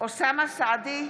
אוסאמה סעדי,